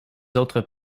autres